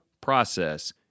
process